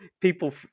people